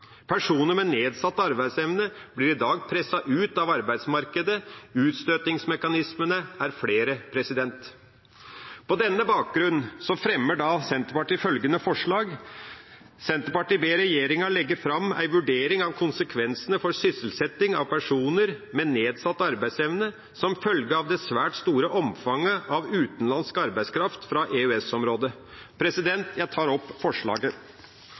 Personer med nedsatt arbeidsevne blir i dag presset ut av arbeidsmarkedet, utstøtingsmekanismene er flere. På denne bakgrunn fremmer Senterpartiet følgende forslag: «Stortinget bed regjeringa leggja fram ei vurdering av konsekvensane for sysselsettjing av personar med nedsett arbeidsevne som følgje av det svært store omfanget av utanlandsk arbeidskraft frå EØS-området.» Jeg tar opp forslaget.